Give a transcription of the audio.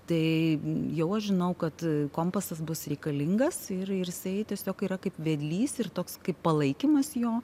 tai jau aš žinau kad kompasas bus reikalingas ir ir jisai tiesiog yra kaip vedlys ir toks kaip palaikymas jo